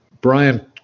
Brian